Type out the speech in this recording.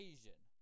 Asian